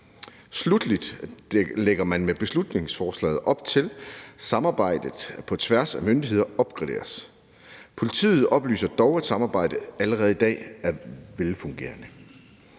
Sluttelig lægger man med beslutningsforslaget op til, at samarbejdet på tværs af myndigheder opgraderes. Politiet oplyser dog, at samarbejdet allerede i dag er velfungerende.